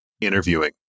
interviewing